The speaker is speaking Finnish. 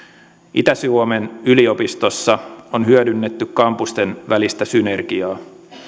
itä suomen yliopistossa on hyödynnetty kampusten välistä synergiaa